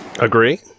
agree